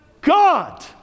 god